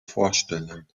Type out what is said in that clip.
vorstellen